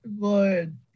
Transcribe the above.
good